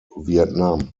vietnam